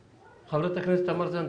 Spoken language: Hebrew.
חברת הכנסת תמר זנדברג.